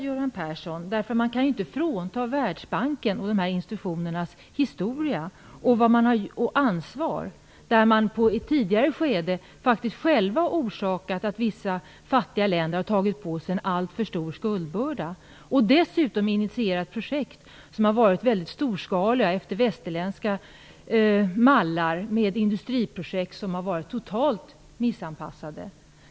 Man kan inte frånta Världsbanken och de här institutionerna historien och ansvaret, där de i ett tidigare skede själva har orsakat att vissa fattiga länder har tagit på sig en alltför stor skuldbörda och dessutom initierat projekt som har varit i väldigt stor skala och efter västerländska mallar, med industriprojekt som har varit totalt missanpassade.